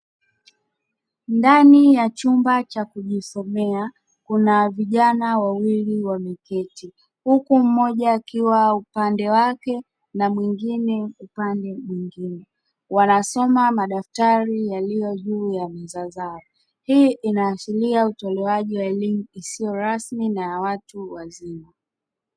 Ndani ya chumba cha kujisomea kuna vijana wawili wameketi huku mmoja akiwa upande wake na mmoja upande mwingine, wanasoma madaftari yaloyojuu ya meza zao, hii inaashiria utoalewaji wa elimu isiyo rasmi na ya watu wazima.